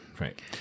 right